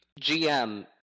GM